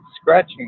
scratching